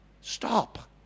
Stop